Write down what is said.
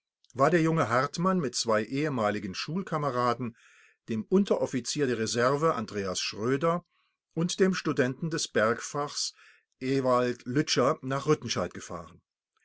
war der junge hartmann mit zwei ehemaligen schulkameraden dem unteroffizier der reserve andreas schröder und dem studenten des bergfachs ewald lütscher nach rüttenscheid gefahren